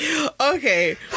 Okay